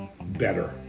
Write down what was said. better